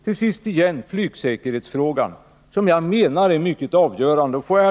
Till sist återigen något om flygsäkerheten som jag menar är mycket avgörande i sammanhanget.